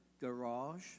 garage